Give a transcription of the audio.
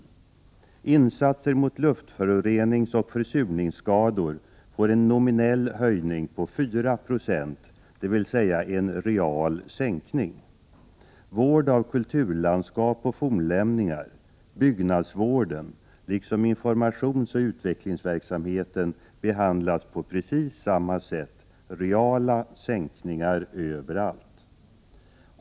Anslaget för insatser mot luftföroreningsoch försurningsskador får en nominell höjning på 4 20, dvs. en real sänkning. Vård av kulturland — Prot. 1988/89:103 skap och fornlämningar, byggnadsvården liksom informationsoch utveck 25 april 1989 lingsverksamheten behandlas på precis samma sätt: reala sänkningar överallt.